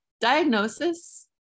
diagnosis